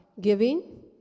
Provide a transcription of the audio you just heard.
Giving